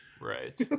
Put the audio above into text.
Right